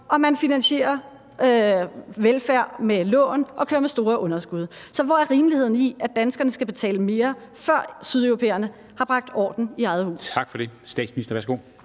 man finansierer velfærd med lån og kører med store underskud. Så hvor er rimeligheden i, at danskerne skal betale mere, før sydeuropæerne har bragt orden i eget hus? Kl. 14:03 Formanden (Henrik